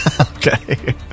Okay